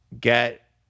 get